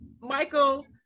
Michael